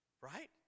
Right